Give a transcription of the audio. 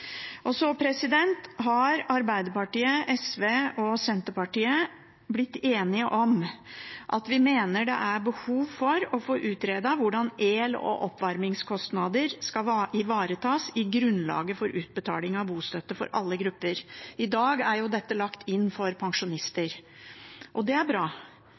og flere fikk. Så har Arbeiderpartiet, SV og Senterpartiet blitt enige om at vi mener det er behov for å få utredet hvordan el- og oppvarmingskostnader skal ivaretas i grunnlaget for utbetaling av bostøtte for alle grupper. I dag er dette lagt inn for pensjonister, og det er bra,